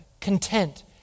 content